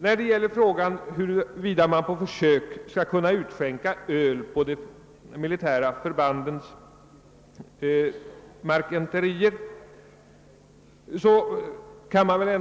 Här gäller det frågan huruvida öl på försök skulle kunna utskänkas på de militära förbanden och marketenterierna.